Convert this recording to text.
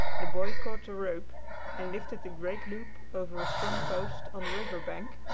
the boy caught the rope and lifted the great loop over a strong post on the river-bank,